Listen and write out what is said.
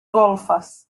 golfes